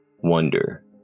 wonder